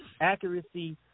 accuracy